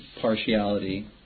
partiality